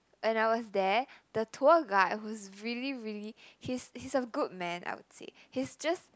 when I was there the tour guide who's really really he's he's a good man I would say he's just